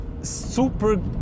super